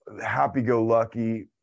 happy-go-lucky